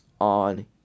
on